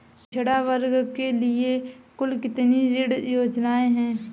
पिछड़ा वर्ग के लिए कुल कितनी ऋण योजनाएं हैं?